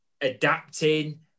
adapting